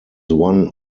one